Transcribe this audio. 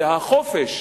והחופש,